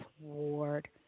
ward